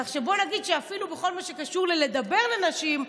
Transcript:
כך שבואו נגיד שאפילו בכל מה שקשור ללדבר לנשים,